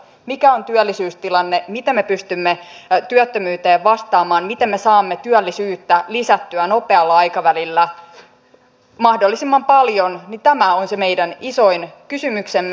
mikä on työllisyystilanne miten me pystymme työttömyyteen vastaamaan miten me saamme työllisyyttä lisättyä nopealla aikavälillä mahdollisimman paljon tämä on se meidän isoin kysymyksemme